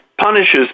punishes